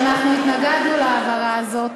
שאנחנו התנגדנו להעברה הזאת,